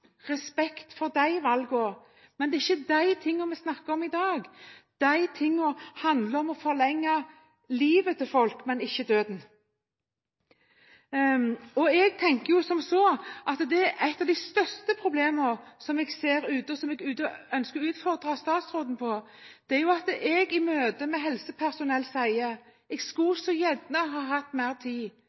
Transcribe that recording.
respekt også for slike valg. Men det er ikke dette vi snakker om i dag. Det handler om å forlenge folks liv, ikke om døden. Et av de største problemene jeg ser, og som jeg ønsker å utfordre statsråden på, er at jeg i møte med helsepersonell hører: Jeg skulle så gjerne hatt mer tid,